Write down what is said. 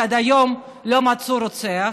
עד היום לא מצאו את הרוצח.